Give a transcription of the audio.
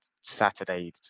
saturday